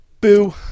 Boo